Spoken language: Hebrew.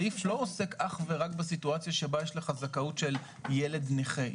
הסעיף לא עוסק אך ורק בסיטואציה שבה יש לך זכאות של ילד נכה.